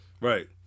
Right